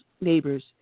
neighbors